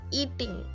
eating